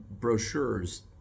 brochures